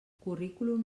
currículum